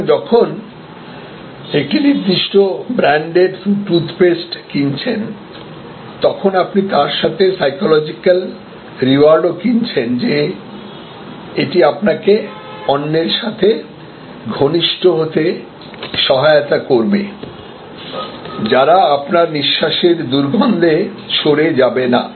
সুতরাং যখন একটি নির্দিষ্ট ব্র্যান্ডের টুথপেস্ট কিনেছেন তখন আপনি তার সাথে সাইকোলজিকাল রিওয়ার্ড ও কিনেছেন যে এটি আপনাকে অন্যের সাথে ঘনিষ্ঠ হতে সহায়তা করবে যারা আপনার নিঃশ্বাসের দুর্গন্ধে দূরে সরে যাবে না